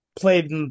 played